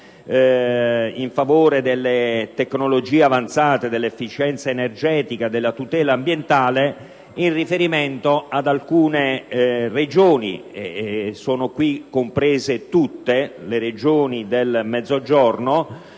in favore della tecnologie avanzate, dell'efficienza energetica e della tutela ambientale in riferimento ad alcune Regioni. Sono infatti comprese tutte le Regioni del Mezzogiorno: